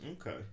okay